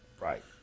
Right